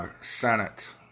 Senate